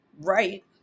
right